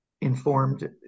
informed